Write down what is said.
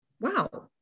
wow